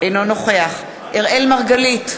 אינו נוכח אראל מרגלית,